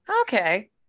Okay